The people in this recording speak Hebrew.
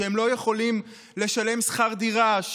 שהם לא יכולים לשלם שכר דירה,